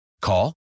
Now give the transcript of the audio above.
Call